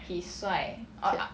oh~ ah